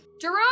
Jerome